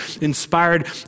inspired